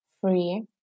free